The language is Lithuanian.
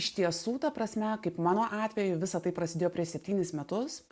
iš tiesų ta prasme kaip mano atveju visa tai prasidėjo prieš septynis metus